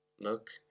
Look